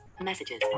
Messages